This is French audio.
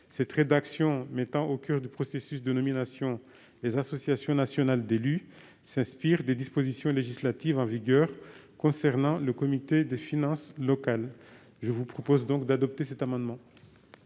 Cette rédaction, mettant au coeur du processus de nomination les associations nationales d'élus, s'inspire des dispositions législatives en vigueur concernant le Comité des finances locales. Quel est l'avis de la commission